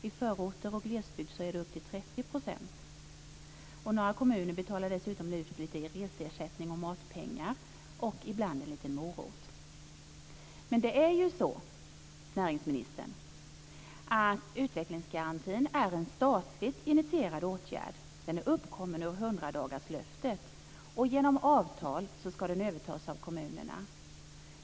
I förorter och glesbygd är det upp till 30 %. Några kommuner betalar dessutom ut reseersättning och matpengar och ibland en liten "morot". Det är så, näringsministern, att utvecklingsgarantin är en statligt initierad åtgärd. Den är uppkommen ur hundradagarslöftet, och genom avtal ska den övertas av kommunerna.